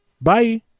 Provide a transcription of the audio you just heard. Bye